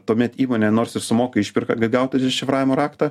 tuomet įmonė nors ir sumoka išpirką kad gautų dešifravimo raktą